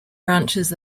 branches